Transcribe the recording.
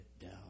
down